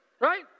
Right